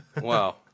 Wow